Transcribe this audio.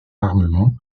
armement